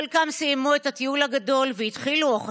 חלקם סיימו את הטיול הגדול והתחילו ללמוד,